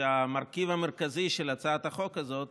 שהמרכיב המרכזי של הצעת החוק הזאת